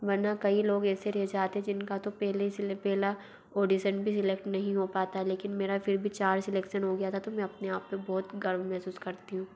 वरना कई लोग ऐसे रह जाते जिनका तो पहले से पहला ऑडीसन भी सेलेक्ट नहीं हो पाता लेकिन मेरा फिर भी चार सेलेक्सन हो गया था तो मैं अपने आप पर बहुत गर्व महसूस करती हूँ